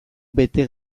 bete